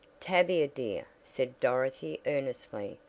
tavia dear, said dorothy earnestly,